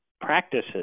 practices